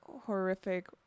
horrific